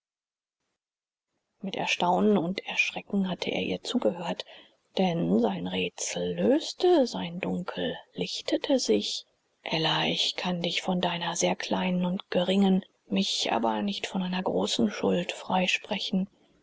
mit erstaunen und erschrecken hatte er ihr zugehört denn sein rätsel löste sein dunkel lichtete sich ella ich kann dich von deiner sehr kleinen und geringen mich aber nicht von einer großen schuld